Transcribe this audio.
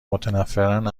متنفرن